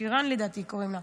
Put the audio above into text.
שירן, לדעתי, קוראים לה.